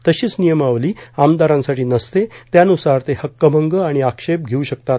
तशीच नियमावली आमदारांसाठी नसते त्याबुसार ते हक्कभंग आणि आक्षेप घेऊ शकतात